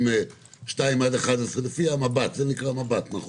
2 11 בסקרי מב"ת (מצב בריאות ותזונה)?